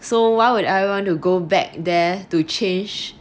so why would I want to go back there to change